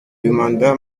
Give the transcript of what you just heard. demanda